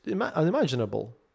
unimaginable